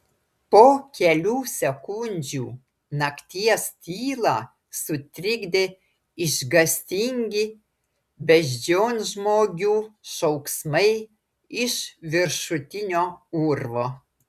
po kelių sekundžių nakties tylą sutrikdė išgąstingi beždžionžmogių šauksmai iš viršutinio urvo